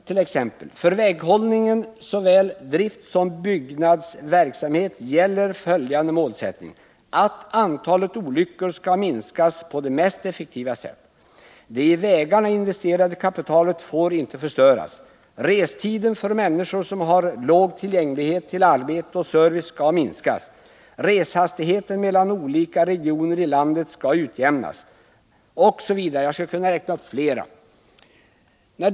Där heter det: ”För väghållningen, såväl driftsom byggnadsverksamheten, gäller därför följande målsättning: antalet olyckor skall minskas på mest effektiva sätt, det i vägarna investerade kapitalet får inte förstöras, restiden för människor som har låg tillgänglighet till arbete och service skall minskas, reshastigheten mellan olika regioner i landet skall utjämnas,” osv.